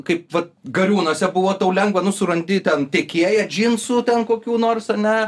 kaip vat gariūnuose buvo tau lengva nu surandi ten tiekėją džinsų ten kokių nors ane